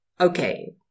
okay